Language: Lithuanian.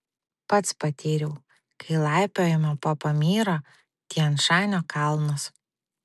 pats patyriau kai laipiojome po pamyro tian šanio kalnus